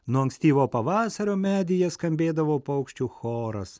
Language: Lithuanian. nuo ankstyvo pavasario medyje skambėdavo paukščių choras